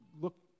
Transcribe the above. look